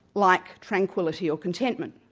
like tranquility or contentment.